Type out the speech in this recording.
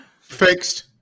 Fixed